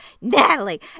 Natalie